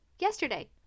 yesterday